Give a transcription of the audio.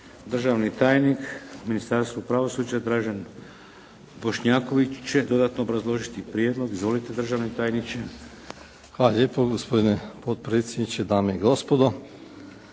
Državni tajnik u Ministarstvu pravosuđa Dražen Bošnjaković će dodatno raspraviti prijedlog. Izvolite državni tajniče. **Bošnjaković, Dražen (HDZ)** Hvala lijepo gospodine potpredsjedniče, dame i gospodo.